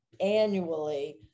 annually